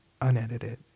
unedited